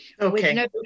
Okay